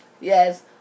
Yes